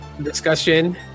discussion